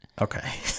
Okay